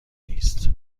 نیست